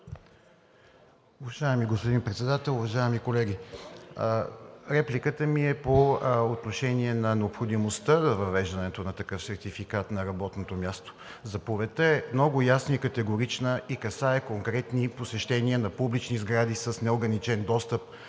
Уважаеми господин Председател, уважаеми колеги! Репликата ми е по отношение на необходимостта за въвеждането на такъв сертификат на работното място. Заповедта е много ясна и категорична и касае конкретни посещения на публични сгради с неограничен достъп,